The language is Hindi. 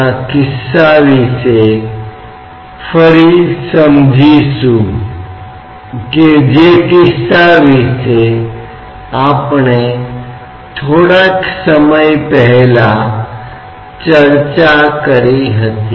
और हम हाई स्कूल भौतिकी की कुछ अवधारणाओं का सहजता से उपयोग कर रहे थे कि यदि आपके पास h की गहराई है तो h की गहराई के कारण दबाव में क्या भिन्नता होनी चाहिए